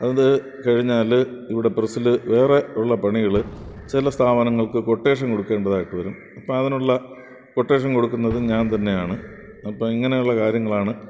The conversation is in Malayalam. അത് കഴിഞ്ഞാൽ ഇവിടെ പ്രസ്സിൽ വേറെയുള്ള പണികൾ ചില സ്ഥാപനങ്ങൾക്ക് കൊട്ടേഷൻ കൊടുക്കേണ്ടതായിട്ട് വരും അപ്പോൾ അതിനുള്ള കൊട്ടേഷൻ കൊടുക്കുന്നതും ഞാൻ തന്നെയാണ് അപ്പോൾ ഇങ്ങനെയുള്ള കാര്യങ്ങളാണ്